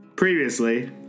Previously